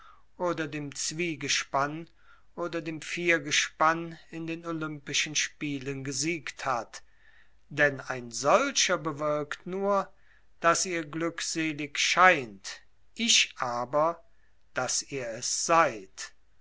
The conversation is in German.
oder dem zwiegespann oder dem viergespann in den olympischen spielen gesiegt hat denn ein solcher bewirkt nur daß ihr glückselig scheint ich aber daß ihr es seid